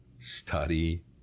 study